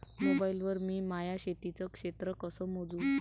Mobile वर मी माया शेतीचं क्षेत्र कस मोजू?